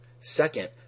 Second